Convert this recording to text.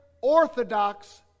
orthodox